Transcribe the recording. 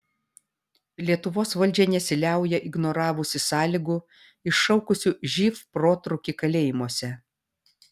lietuvos valdžia nesiliauja ignoravusi sąlygų iššaukusių živ protrūkį kalėjimuose